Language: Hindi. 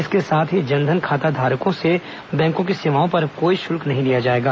इसके साथ ही जन धन खाता धारकों से बैंकों की सेवाओं पर अब कोई शुल्क नहीं लिया जाएगा